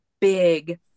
big